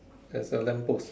there's a lamp post